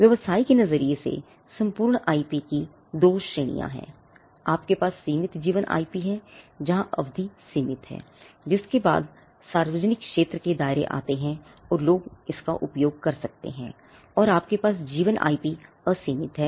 व्यवसाय के नजरिए से संपूर्ण आईपी असीमित है